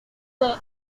del